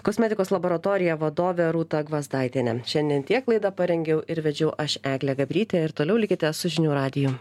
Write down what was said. kosmetikos laboratorija vadovė rūta gvazdaitienė šiandien tiek laidą parengiau ir vedžiau aš eglė gabrytė ir toliau likite su žinių radiju